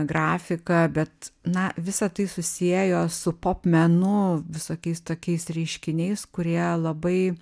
grafiką bet na visa tai susiejo su pop menu visokiais tokiais reiškiniais kurie labai